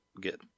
get